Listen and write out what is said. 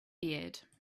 beard